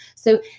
so,